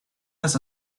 has